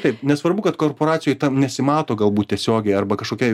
taip nesvarbu kad korporacijų tam nesimato galbūt tiesiogiai arba kažkokiai